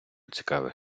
цікавих